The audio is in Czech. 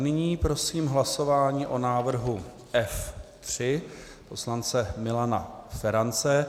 Nyní prosím hlasování o návrhu F3 poslance Milana Ferance.